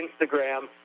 Instagram